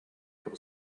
there